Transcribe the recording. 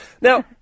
Now